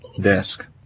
desk